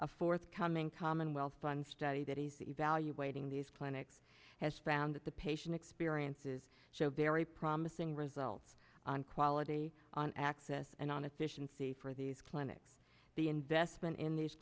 a forthcoming commonwealth fund study that is evaluating these clinics has found that the patient experiences show very promising results on quality on access and on efficiency for these clinics the investment in these